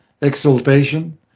exaltation